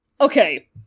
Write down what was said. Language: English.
Okay